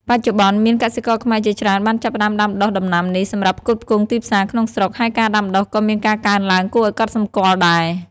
បច្ចុប្បន្ន មានកសិករខ្មែរជាច្រើនបានចាប់ផ្តើមដាំដុះដំណាំនេះសម្រាប់ផ្គត់ផ្គង់ទីផ្សារក្នុងស្រុក ហើយការដាំដុះក៏មានការកើនឡើងគួរឱ្យកត់សម្គាល់ដែរ។